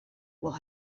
will